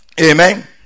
Amen